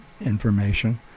information